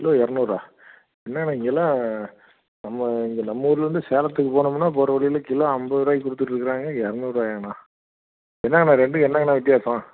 kilo இரநூறா என்னங்கண்ணா இங்கெல்லாம் நம்ம இங்கே நம்மூர்லேருந்து சேலத்துக்கு போனோம்னால் போகிற வழியில கிலோ ஐம்பது ரூபாய்க்கி கொடுத்துட்டு இருக்கிறாங்க இரநூறுவாயாண்ணா என்னங்கண்ணா ரெண்டும் என்னங்கண்ணா வித்தியாசம்